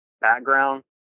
background